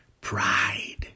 Pride